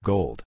Gold